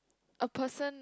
a person